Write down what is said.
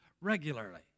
regularly